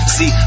See